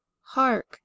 Hark